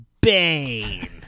bane